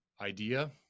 idea